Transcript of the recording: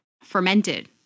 fermented